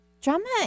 Drama